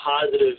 positive